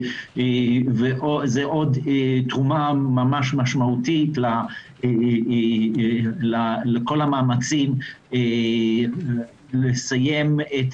זה עוד תרומה ממש משמעותית לכל המאמצים לסיים את